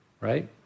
Right